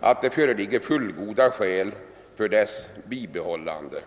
att det föreligger fullgoda skäl för dess bibehållande.